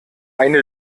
eine